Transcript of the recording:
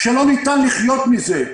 שלא ניתן לחיות מזה,